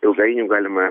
ilgainiui galime